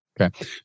Okay